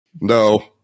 No